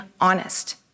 honest